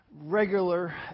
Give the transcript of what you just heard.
regular